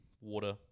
water